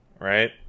right